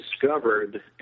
discovered